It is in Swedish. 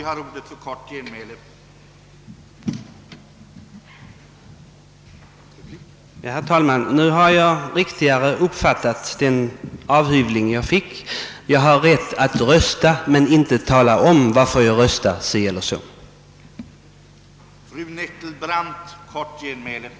Herr talman! Nu har jag riktigare uppfattat, vad som är kvar av den avhyvling jag fick: jag har rätt att rösta, men inte att tala om varför jag röstar si eller så — enligt fru Ekendahls mening.